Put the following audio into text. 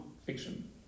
fiction